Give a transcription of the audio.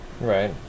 Right